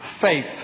faith